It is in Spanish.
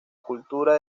cultura